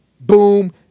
boom